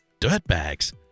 dirtbags